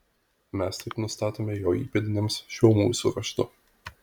mes taip nustatome jo įpėdiniams šiuo mūsų raštu